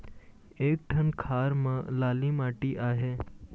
एक ठन खार म लाली माटी आहे?